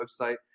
website